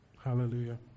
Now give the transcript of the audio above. Hallelujah